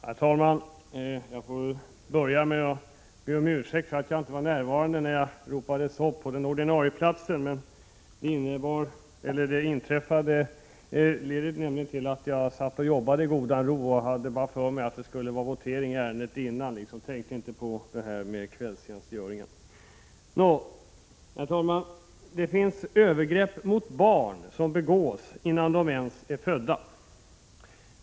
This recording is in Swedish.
Herr talman! Jag får börja med att be om ursäkt för att jag inte var närvarande när jag ropades upp. Det kom sig av att jag satt och arbetade i godan ro och trodde att det skulle bli votering i ärendet före detta. Jag tänkte inte på de nya reglerna vid kvällsplenum. Herr talman! ”Det finns övergrepp mot barn som begås innan de ens är födda.